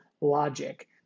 logic